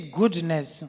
goodness